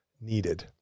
needed